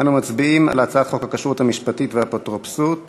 אנו מצביעים על הצעת חוק הכשרות המשפטית והאפוטרופסות (תיקון,